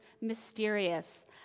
mysterious